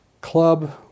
club